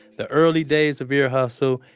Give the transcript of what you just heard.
the early days of ear hustle,